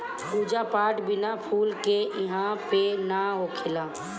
पूजा पाठ बिना फूल के इहां पे ना होखेला